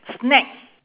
snack